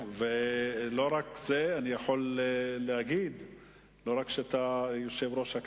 לא, לא, לא, אין לך צורך.